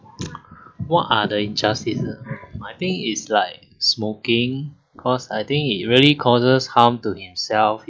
what are the injustice I think it's like smoking cause I think it really causes harm to himself